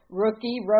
rookie